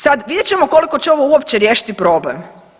Sad vidjet ćemo koliko će ovo uopće riješiti problem.